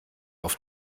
auf